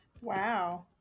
Wow